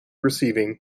receiving